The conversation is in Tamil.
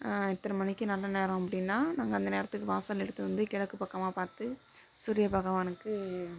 இத்தனை மணிக்கு நல்ல நேரம் அப்படின்னா நாங்கள் அந்த நேரத்துக்கு வாசல்ல எடுத்து வந்து கிழக்கு பக்கமாக பார்த்து சூரிய பகவானுக்கு